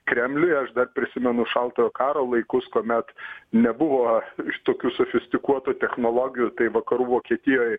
kremliui aš dar prisimenu šaltojo karo laikus kuomet nebuvo iš tokių sufistikuotų technologijų tai vakarų vokietijoj